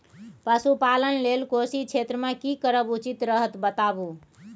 पशुपालन लेल कोशी क्षेत्र मे की करब उचित रहत बताबू?